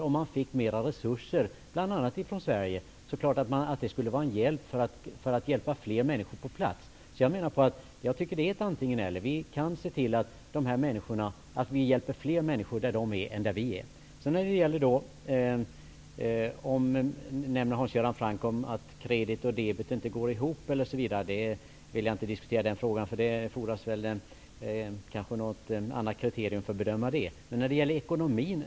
Om man fick mera resurser bl.a. ifrån Sverige är det självklart att detta skulle bidra till att hjälpa fler människor på plats. Det handlar om ett antingen--eller. Vi kan se till att vi hjälper fler människor där de befinner sig än vad vi gör här. Hans Göran Franck nämnde någonting om att debet och kredit inte går ihop. Den frågan vill jag inte diskutera. Det fordras kanske något annat kriterium för att kunna bedöma den.